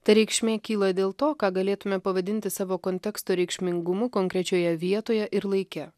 ta reikšmė kyla dėl to ką galėtume pavadinti savo konteksto reikšmingumu konkrečioje vietoje ir laike